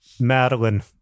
Madeline